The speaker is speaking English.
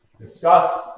discuss